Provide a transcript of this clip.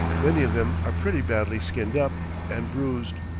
many of them are pretty badly skinned up and bruised,